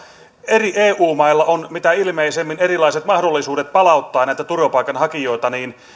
eri eu mailla on mitä ilmeisimmin erilaiset mahdollisuudet palauttaa näitä turvapaikanhakijoita